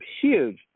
huge